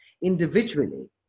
individually